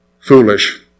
Foolish